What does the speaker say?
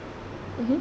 mmhmm